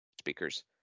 speakers